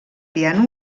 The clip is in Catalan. piano